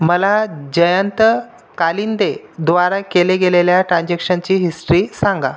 मला जयंत कालिंदे द्वारा केले गेलेल्या ट्रान्झॅक्शनची हिस्ट्री सांगा